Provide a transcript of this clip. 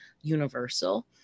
universal